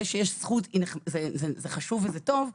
זה שיש זכות זה חשוב וטוב,